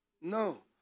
no